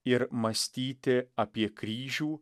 ir mąstyti apie kryžių